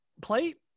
plate